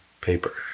paper